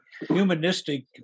humanistic